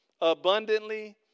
abundantly